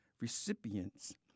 recipients